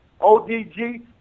ODG